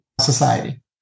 society